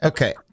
Okay